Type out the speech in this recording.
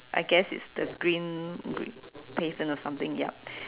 I guess it's the green green pavement or something yup